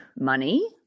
money